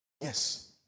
Yes